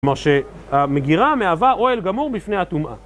כמו שהמגירה מהווה אוהל גמור בפני התאומה